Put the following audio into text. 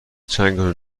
چنگتون